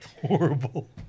Horrible